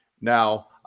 Now